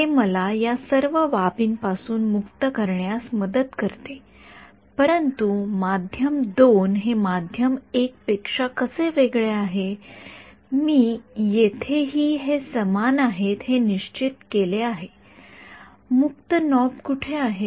हे मला या सर्व बाबींपासून मुक्त करण्यास मदत करते परंतु माध्यम २ हे माध्यम १ पेक्षा कसे वेगळे आहे मी येथेही हे समान आहेत हे निश्चित केले आहे मुक्त नॉब कोठे आहे